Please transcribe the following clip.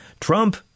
Trump